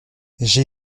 j’ai